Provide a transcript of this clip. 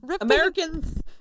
americans